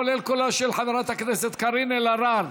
כולל קולה של חברת הכנסת קארין אלהרר,